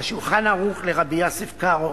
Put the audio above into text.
ה"שולחן ערוך" לרבי יוסף קארו.